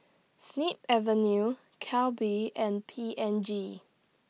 Snip Avenue Calbee and P and G